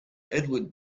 edward